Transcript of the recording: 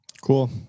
Cool